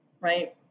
right